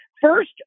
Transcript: First